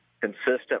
consistent